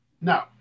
No